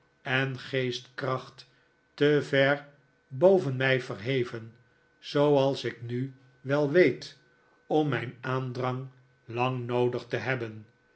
en geestdavid copperfield kracht te ver boven mij verheven zooals ik nu wel weet om mijn aandrang lang noodig te hebben